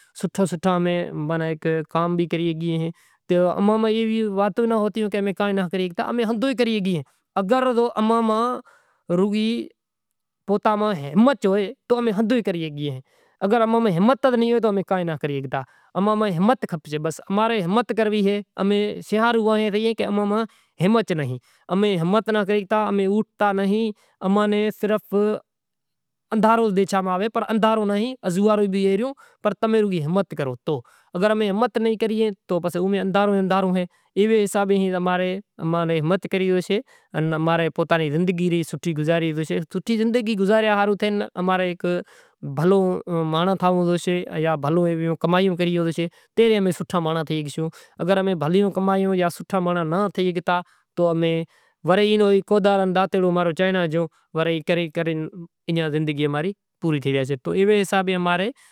سوٹھا سوٹھا امیں کام بھی کری شگی ایں، امیاں میں ای واتوں ئی نتھی کہ امیں کائیں نیں کری سگھاں۔ پانڑی وری برتن میں راکھو وری روٹلا گھڑو وری سوکرا اشکول زائیں تو ناشتو کرے۔ پٹاٹا منگاشاں وڑی ایئاں نے دھوئاں وڑی شیلی واڈھاں وری دھوئاں وری ڈونگری مانگاواں وری واڈھاں دیگڑی بیگڑی دھوئی پانڑی بھری تیل ریڑہاں تیل ریڑہی وری تیک پکو کری ڈونگری راکھاں پسے وڑی پٹاٹا راکھاں وری پٹاٹا راکھے وڑی تھوڑو پانڑی ریڑہاں وری ڈھاکی راکھاں وری سڑے بئے ترن چکر پانڑی ریڑہاں وڑی چماٹاں پھولاں وری واڈھاں دھوئی وڑی چماٹا راکھاں مٹر ہوئے تو مٹر ناں پھولے راکھاں وری مرساں راکھاں ادرک ہوئے تو ادرک واڈھاں میتھی ہوئے تو تھوڑی میتھی راکھاں مشالاں نی راکھے پسے شاگ ٹھی زاشے وری کو بریانی لاوے تو او کراں تڑکے ماں راکھاں وڑی مرساں راکھاں وری شیکی راکھاں